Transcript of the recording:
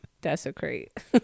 Desecrate